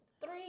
three